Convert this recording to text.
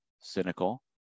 cynical